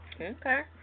Okay